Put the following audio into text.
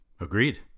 Agreed